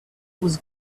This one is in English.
was